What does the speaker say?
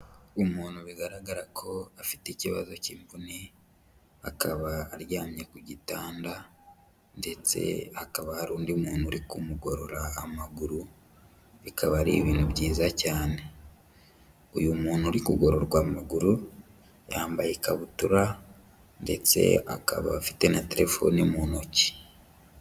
Umuntu bigaragara ko afite ikibazo cy'imvune, akaba aryamye ku gitanda ndetse hakaba hari undi muntu uri kumugorora amaguru, bikaba ari ibintu byiza cyane, uyu muntu uri kugororwa amaguru yambaye ikabutura, ndetse akaba afite na terefoni mu ntoki.